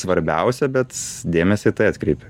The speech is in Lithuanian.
svarbiausia bet dėmesį tai atkreipiu